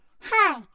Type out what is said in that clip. Hi